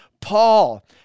Paul